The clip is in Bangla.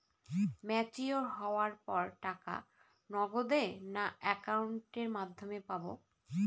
ম্যচিওর হওয়ার পর টাকা নগদে না অ্যাকাউন্টের মাধ্যমে পাবো?